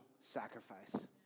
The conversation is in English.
sacrifice